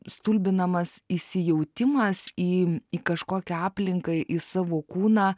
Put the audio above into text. stulbinamas įsijautimas į į kažkokią aplinką į savo kūną